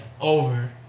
over